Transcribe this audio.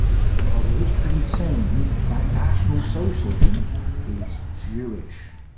but they are literally saying that national socialism is jewish.